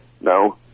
No